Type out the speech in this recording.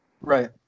Right